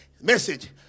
Message